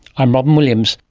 i'm robyn williams